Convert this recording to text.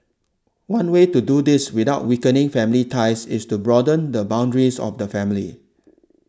one way to do this without weakening family ties is to broaden the boundaries of the family